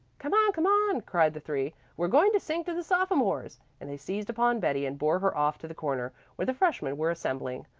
come on, come on, cried the three. we're going to sing to the sophomores, and they seized upon betty and bore her off to the corner where the freshmen were assembling.